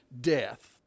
Death